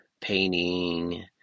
painting